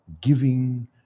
giving